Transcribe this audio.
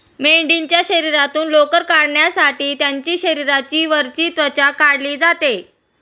मेंढीच्या शरीरातून लोकर काढण्यासाठी त्यांची शरीराची वरची त्वचा काढली जाते